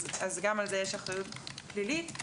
גם על זה יש אחריות פלילית.